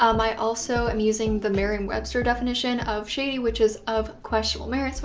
um i also am using the merriam-webster definition of shady which is of questionable merit. so